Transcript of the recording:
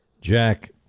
Jack